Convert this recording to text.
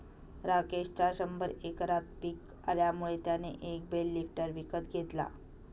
राकेशच्या शंभर एकरात पिक आल्यामुळे त्याने एक बेल लिफ्टर विकत घेतला